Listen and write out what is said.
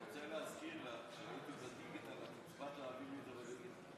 אבל מה עם משבר הדיור, אדוני?